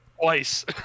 twice